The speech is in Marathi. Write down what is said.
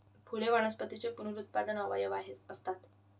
फुले वनस्पतींचे पुनरुत्पादक अवयव असतात